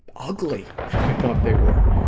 ugly i thought they were.